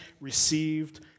received